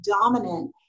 dominant